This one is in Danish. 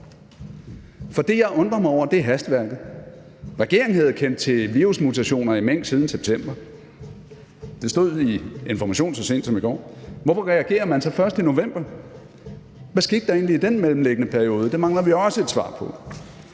For det, jeg undrer mig over, er hastværket. Regeringen havde kendt til virusmutationer i mink siden september. Det stod i Information så sent som i går. Hvorfor reagerer man så først i november? Hvad skete der egentlig i den mellemliggende periode? Det mangler vi også et svar på.